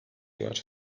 var